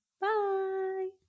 Bye